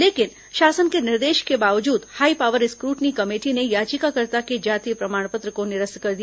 लेकिन शासन के निर्देश के बावजूद हाई पावर स्क्रूटनी कमेटी ने याचिकाकर्ता के जाति प्रमाण पत्र को निरस्त कर दिया